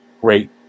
Great